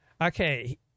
Okay